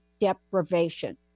deprivation